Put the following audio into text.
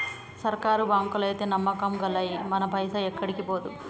సర్కారు బాంకులైతే నమ్మకం గల్లయి, మన పైస ఏడికి పోదు